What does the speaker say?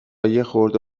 یخورده